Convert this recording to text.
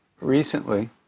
recently